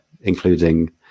including